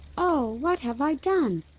oh, what have i done?